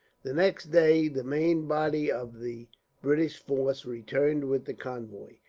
the next day, the main body of the british force returned with the convoy.